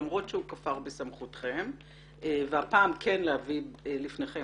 למרות שהוא כפר בסמכותכם והפעם כן להביא בפניכם